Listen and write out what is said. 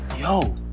Yo